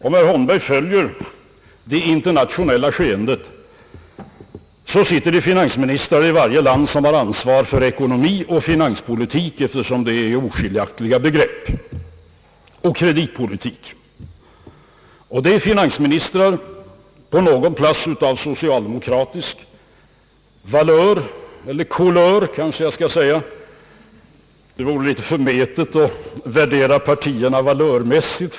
Om herr Holmberg följer det internationella skeendet så finner han att det i varje land sitter finansministrar som har ansvar för ekonomi, finanspolitik och kreditpolitik, eftersom de är oskiljaktiga begrepp. Dessa finansministrar är på en del håll av socialdemokratisk valör eller kulör, kanske jag bör säga, då det är litet förmätet att värdera partierna valörmässigt.